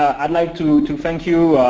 i'd like to to thank you,